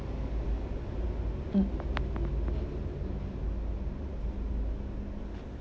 mm